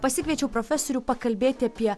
pasikviečiau profesorių pakalbėti apie